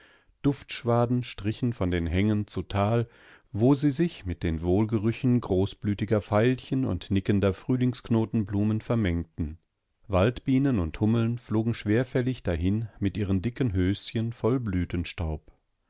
duftschwaden strichen von den hängen zu tal wo sie sich mit den wohlgerüchen großblütiger veilchen und nickender frühlingsknotenblumen vermengten waldbienen und hummeln flogen schwerfällig dahin mit ihren dicken höschen voll